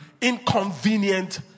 inconvenient